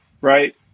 right